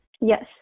yes